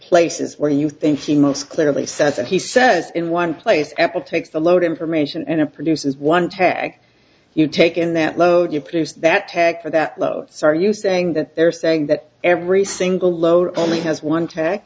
places where you think he most clearly said that he says in one place apple takes the load information and it produces one tag you take in that load you produce that tag for that loves are you saying that they're saying that every single lower only has one t